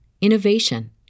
innovation